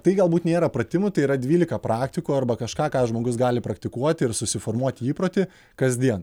tai galbūt nėra pratimų tai yra dvylika praktikų arba kažką ką žmogus gali praktikuoti ir susiformuoti įprotį kasdien